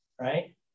Right